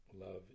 Love